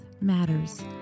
matters